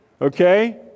Okay